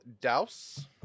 Douse